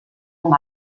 com